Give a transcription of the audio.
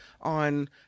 on